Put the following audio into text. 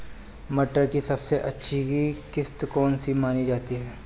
मटर की सबसे अच्छी किश्त कौन सी मानी जाती है?